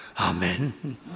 Amen